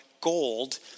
gold